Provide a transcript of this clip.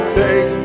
take